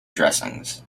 dressings